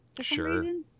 Sure